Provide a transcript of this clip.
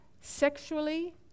sexually